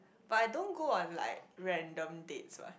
but I don't go on like random date what